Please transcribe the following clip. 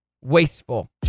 Wasteful